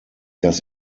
das